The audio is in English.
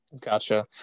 Gotcha